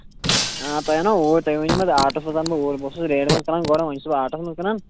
آ تۄہہِ اَنو اوٗرۍ تُہۍ ؤنِو مےٚ آٹُوَس منٛز اَنہٕ بہٕ اوٗرۍ بہٕ اوسُس ریڈِ منٛز کٕنان گۄڈٕ وۄنۍ چھُس بہٕ آٹُوَس منٛز کٕنان